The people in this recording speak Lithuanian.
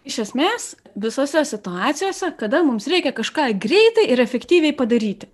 iš esmės visose situacijose kada mums reikia kažką greitai ir efektyviai padaryti